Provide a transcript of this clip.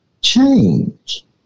change